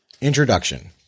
Introduction